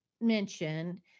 mentioned